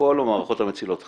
לכל המערכות מצילות החיים,